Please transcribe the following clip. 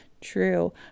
true